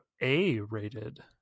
A-rated